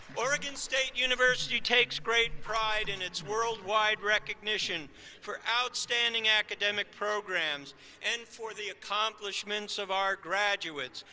oregon state university takes great pride in its worldwide recognition for outstanding academic programs and for the accomplishments of our graduates.